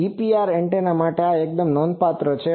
GPR antenna માટે આ એકદમ નોંધપાત્ર છે